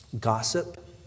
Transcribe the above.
Gossip